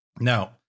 Now